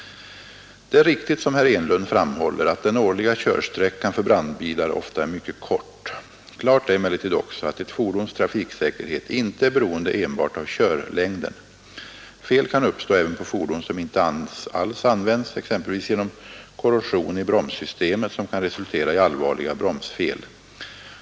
Det är riktigt som herr Enlund framhåller att den årliga körsträckan för brandbilar ofta är mycket kort. Klart är emellertid också att ett fordons trafiksäkerhet inte är beroende enbart av körlängden. Fel kan uppstå även på fordon som inte alls används, exempelvis genom korrosion i bromssystemet som kan resultera i allvarliga bromsfel.